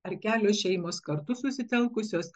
ar kelios šeimos kartu susitelkusios